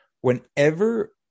whenever